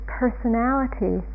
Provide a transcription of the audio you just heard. personality